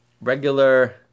regular